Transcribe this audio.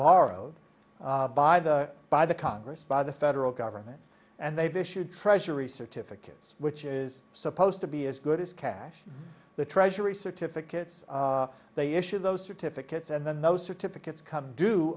borrowed by the by the congress by the federal government and they've issued treasury certificates which is supposed to be as good as cash the treasury certificates they issued those certificates and then those certificates come d